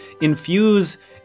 infuse